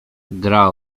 gra